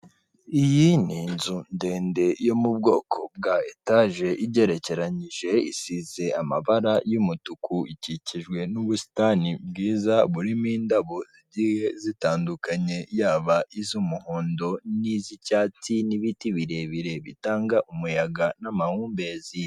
Iyi ni inzu ndende yo mu bwoko bwa etaje igerekeranyije, isize amabara y'umutuku, ikikijwe n'ubusitani bwiza burimo indabo zigiye zitandukanye yaba iz'umuhondo n'iz'icyatsi n'ibiti birebire bitanga umuyaga n'amahumbezi.